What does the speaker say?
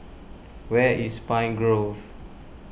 where is Pine Grove